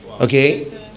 Okay